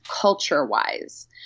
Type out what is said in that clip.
culture-wise